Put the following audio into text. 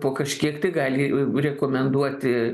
po kažkiek tai gali rekomenduoti